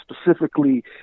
specifically